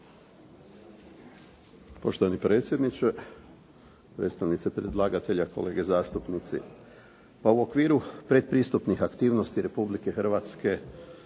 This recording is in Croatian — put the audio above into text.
Poštovani predsjedniče, predstavnici predlagatelja, kolege zastupnici. Pa u okviru predpristupnih aktivnosti Republike Hrvatske